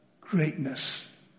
greatness